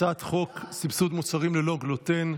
הצעת חוק סבסוד מוצרים ללא גלוטן,